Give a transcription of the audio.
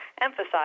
emphasize